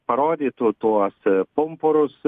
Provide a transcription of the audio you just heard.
parodytų tuos pumpurus